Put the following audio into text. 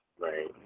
Right